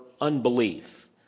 unbelief